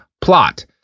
plot